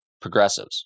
progressives